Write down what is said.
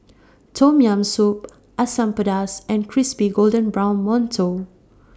Tom Yam Soup Asam Pedas and Crispy Golden Brown mantou